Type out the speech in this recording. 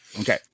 Okay